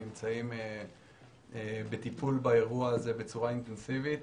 נמצאים בטיפול באירוע הזה בצורה אינטנסיבית.